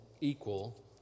equal